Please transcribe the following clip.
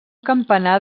campanar